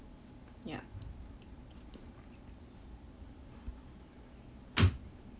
ya